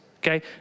okay